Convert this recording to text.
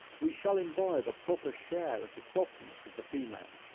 we shall imbibe a proper share of the softness of the female,